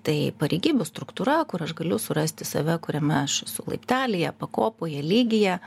tai pareigybių struktūra kur aš galiu surasti save kuriame aš esu laiptelyje pakopoje lygyje